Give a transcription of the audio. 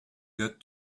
got